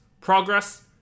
Progress